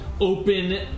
open